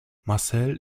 marcel